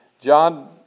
John